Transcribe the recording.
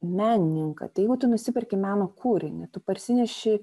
menininką tai jeigu tu nusiperki meno kūrinį tu parsineši